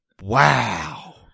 Wow